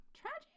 tragic